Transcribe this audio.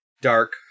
Dark